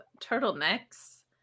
turtlenecks